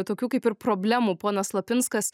tokių kaip ir problemų ponas lapinskas